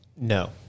No